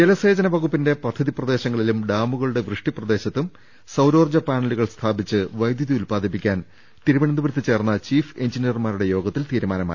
ജലസേചനവകുപ്പിന്റെ പദ്ധതി പ്രദേശങ്ങളിലും ഡാമുക ളുടെ വൃഷ്ടിപ്രദേശത്തും സൌരോർജ്ജ പാനലുകൾ സ്ഥാപിച്ച് വൈദ്യുതി ഉല്പാദിപ്പിക്കാൻ തിരുവനന്തപുരത്ത് ചേർന്ന ചീഫ് എഞ്ചിനീയർമാരുടെ യോഗത്തിൽ തീരുമാനമായി